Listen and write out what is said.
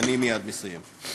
אני מייד מסיים.